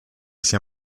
sia